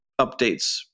updates